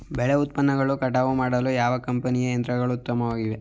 ಬೆಳೆ ಉತ್ಪನ್ನಗಳನ್ನು ಕಟಾವು ಮಾಡಲು ಯಾವ ಕಂಪನಿಯ ಯಂತ್ರಗಳು ಉತ್ತಮವಾಗಿವೆ?